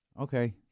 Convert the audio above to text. Okay